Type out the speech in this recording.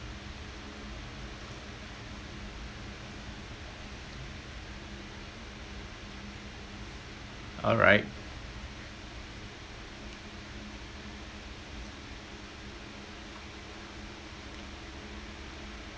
alright